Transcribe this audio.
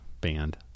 band